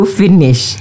finish